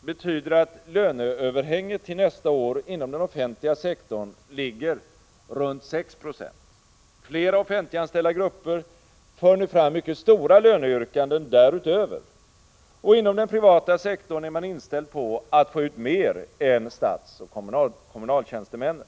betyder att löneöverhänget till nästa år inom den offentliga sektorn ligger runt 6 20. Flera offentliganställda grupper för nu fram mycket stora löneyrkanden därutöver, och inom den privata sektorn är man inställd på att få ut mer än statsoch kommunaltjänstemännen.